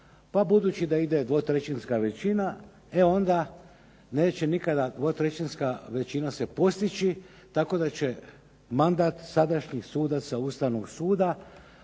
budući da ide dvotrećinska većina, e onda neće nikada dvotrećinska većina se postići tako da će mandat sadašnjih sudaca Ustavnog suda